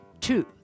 two